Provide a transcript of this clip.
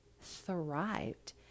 thrived